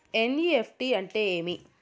NEFT అంటే ఏమి